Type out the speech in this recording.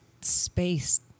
space